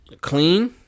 clean